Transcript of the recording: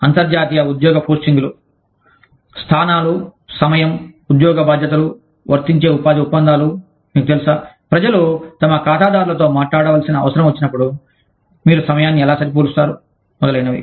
అంతర్జాతీయ ఉద్యోగ పోస్టింగ్లు స్థానాలు సమయం ఉద్యోగ బాధ్యతలు వర్తించే ఉపాధి ఒప్పందాలు మీకు తెలుసా ప్రజలు తమ ఖాతాదారులతో మాట్లాడవలసిన అవసరం వచ్చినప్పుడు మీరు సమయాన్ని ఎలా సరిపోలుస్తారు మొదలైనవి